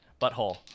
Butthole